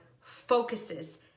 focuses